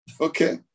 Okay